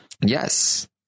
Yes